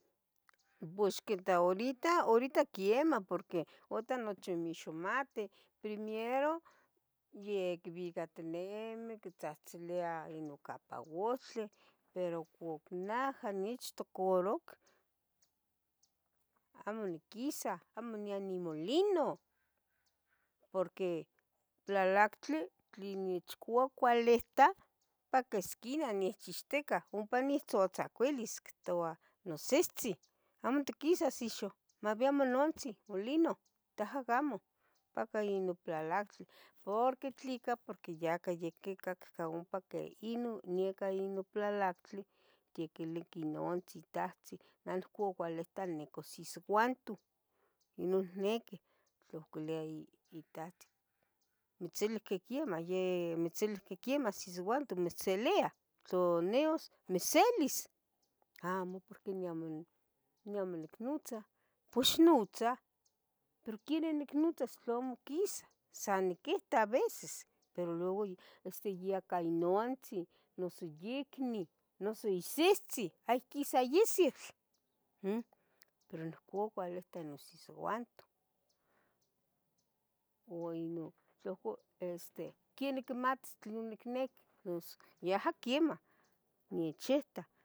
Pues ixquita, horita, horita quiemah porqui otah nochi mixmatih, primiero yecbicatinimi quitzahtzilia ino campa ohtli, pero icuc naha nichtocoruc amo niquisa, amo nia nimolino, porque plalactli tlen nechcuacualita esquina nechchixticah ompa nitzotzcuilis ictoua nosihtzin amo itquisas ixo, mayabi monantzin molino tah agamo ompaca ino plalactli porque tlica porque ya quicacca que ompa ino neca ino plalactli quiquiliqui inontzi itahtzi, ua nohco cualitani nicosisouantoh ino niqui tla ohco quilbia itahtzi ¿mitzilui que quemah, yeh nitzilui que quemah sisiuanto mitzilia tlu nias mitzselis? Amo porqui neh amo nicnotza pos ixnotza, ¿Pero quenih nicnotzas tlamo quisa san niquita a veces? Pero luego ya este ya cah inontzin, noso yicnih, noso isihtzin ayic quisa iset, umm pero nouhco cuali niquita non sisiuantoh. Ua ino tlaohco este quenih quimatis tla nicnequi, pos yaha quemah nechitah